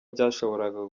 byashoboraga